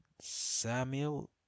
Samuel